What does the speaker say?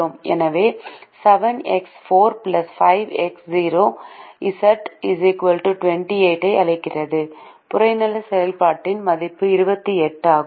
எனவே 7 x 4 5 x 0 z 28 ஐ அளிக்கிறது புறநிலை செயல்பாட்டின் மதிப்பு 28 ஆகும்